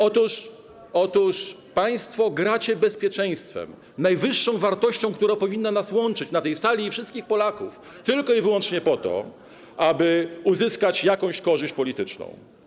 Otóż państwo gracie bezpieczeństwem - najwyższą wartością, która powinna nas łączyć na tej sali, i wszystkich Polaków - tylko i wyłącznie po to, aby uzyskać jakąś korzyść polityczną.